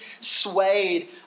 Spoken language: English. swayed